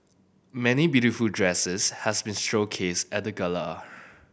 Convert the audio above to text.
many beautiful dresses has been showcased at the gala